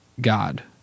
God